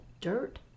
dirt